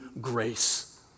grace